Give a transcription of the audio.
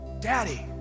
Daddy